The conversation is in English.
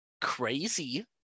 crazy